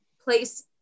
place